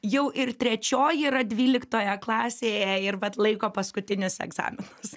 jau ir trečioji yra dvyliktoje klasėje ir vat laiko paskutinius egzaminus